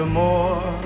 more